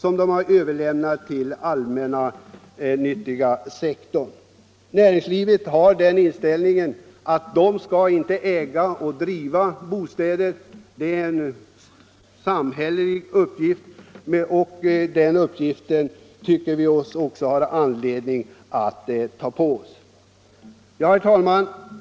De är nu överlämnade till den allmännyttiga sektorn. Inom näringslivet har man den inställningen att näringslivet inte skall äga och driva bostäder — det är en samhällelig uppgift, och den uppgiften tycker vi oss också ha anledning att ta på oss. Herr talman!